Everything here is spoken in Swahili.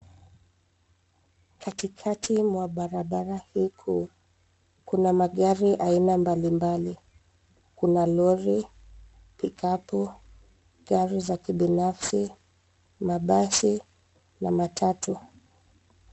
Katikati mwa barabara hii kuu kuna magari aina mbalimbali. Kuna lori, pikapu, gari za kibinafsi, mabasi na matatu.